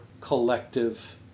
collective